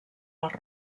les